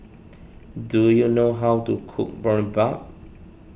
do you know how to cook Boribap